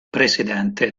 presidente